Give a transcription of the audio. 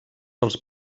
els